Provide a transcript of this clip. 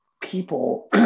people